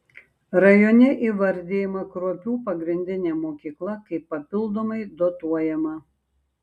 rajone įvardijama kruopių pagrindinė mokykla kaip papildomai dotuojama